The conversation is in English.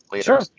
Sure